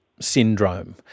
syndrome